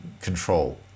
control